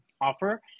offer